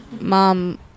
Mom